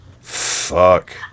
Fuck